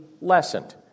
lessened